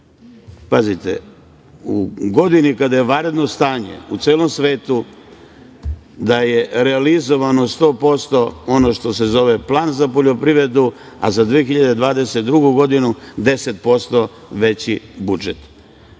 Pazite, u godini kada je vanredno stanje u celom svetu da je realizovano 100% ono što se zove plan za poljoprivredu, a za 2022. godinu 10% veći budžet.